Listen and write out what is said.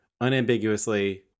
unambiguously